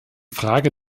frage